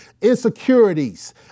insecurities